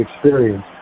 experience